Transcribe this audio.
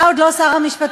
אתה עוד לא שר המשפטים,